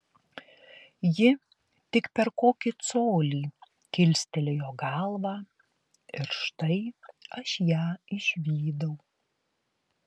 ji tik per kokį colį kilstelėjo galvą ir štai aš ją išvydau